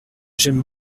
j’aime